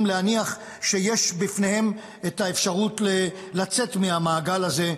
להניח שיש בפניהם את האפשרות לצאת מהמעגל הזה.